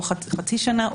או חצי שנה,